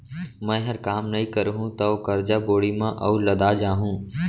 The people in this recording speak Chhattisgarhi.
मैंहर काम नइ करहूँ तौ करजा बोड़ी म अउ लदा जाहूँ